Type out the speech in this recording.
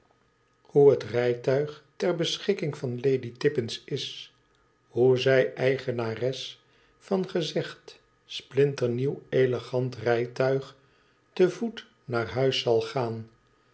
hoe het rijtuig ter beschikking van lady tippins is hoe zij eigenares van gezegd splinternieuw elegant rijtuig te voet naar huis zal gaan